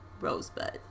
Rosebud